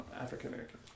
african-american